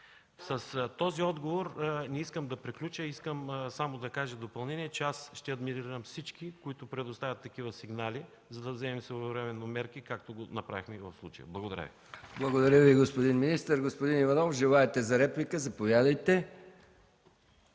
С този отговор не искам да приключа. Искам да кажа в допълнение, че аз ще адмирирам всички, които предоставят такива сигнали, за да вземем своевременно мерки, както направихме в случая. Благодаря Ви. ПРЕДСЕДАТЕЛ МИХАИЛ МИКОВ: Благодаря Ви, господин министър. Господин Иванов, желаете ли реплика? Заповядайте.